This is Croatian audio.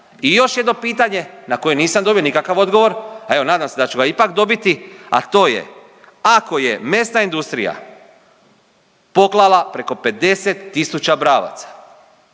i još jedno pitanje na koje nisam dobio nikakav odgovor, a evo, nadam se da ću ga ipak dobiti, a to je ako je mesna industrija poklala preko 50 tisuća bravaca